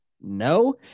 No